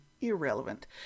irrelevant